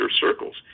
circles